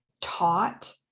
taught